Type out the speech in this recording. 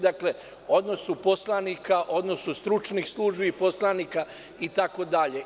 Dakle, o odnosu poslanika, odnosu stručnih službi i poslanika itd.